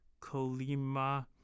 Colima